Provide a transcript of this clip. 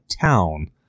town